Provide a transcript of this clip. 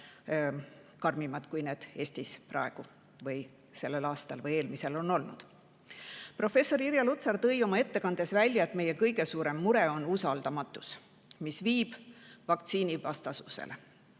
karmimad, kui need Eestis praegu või sel või eelmisel aastal on olnud. Professor Irja Lutsar tõi oma ettekandes välja, et meie kõige suurem mure on usaldamatus, mis on viinud vaktsiinivastasuse